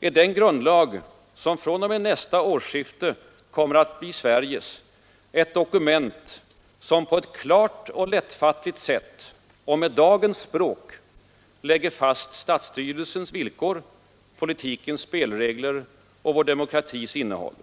är den grundlag som från och med nästa årsskifte kommer att bli Sveriges ett dokument som på ett klart och lättfattligt sätt och med dagens språk lägger fast statsstyrelsens villkor, politikens spelregler och vår demokratis innehåll.